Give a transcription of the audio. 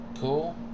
Cool